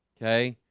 okay?